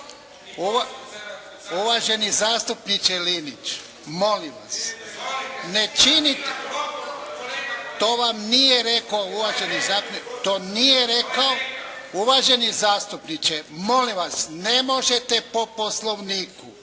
uvaženi zastupniče Linić, molim vas, ne činite. To vam nije rekao uvaženi zastupnik. To nije rekao. Uvaženi